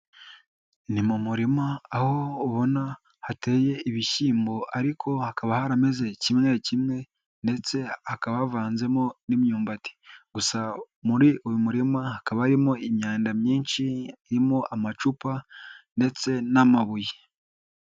Ni mu murima aho ubona hateye ibishyimbo ariko hakaba harameze kimwe kimwe ndetse hakabavanzemo n'imyumbati, gusa muri uyu murima hakaba harimo imyanda myinshi irimo amacupa ndetse n'amabuye.